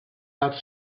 out